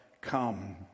come